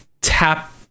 tap